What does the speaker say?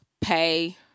pay